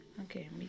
Okay